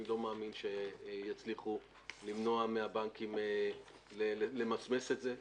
אני לא מאמין שיצליחו למנוע מהבנקים למסמס את זה.